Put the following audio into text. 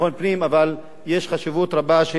אבל יש חשיבות רבה שהאחריות תהיה